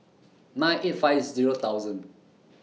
nine eight five Zero thousand